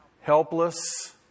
helpless